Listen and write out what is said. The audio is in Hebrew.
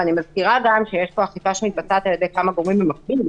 ואני מזכירה שיש פה אכיפה שמתבצעת על ידי כמה גורמים במקביל,